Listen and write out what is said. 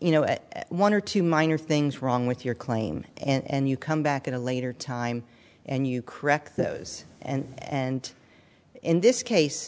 you know it one or two minor things wrong with your claim and you come back at a later time and you correct those and in this case